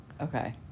Okay